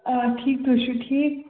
آ ٹھیٖک تُہۍ چھو ٹھیٖک